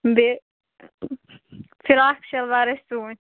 بیٚیہِ فِراک شَلوار ٲسۍ سُوٕنۍ